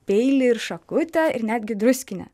peilį ir šakutę ir netgi druskinę